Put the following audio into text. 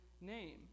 name